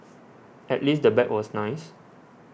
at least the bag was nice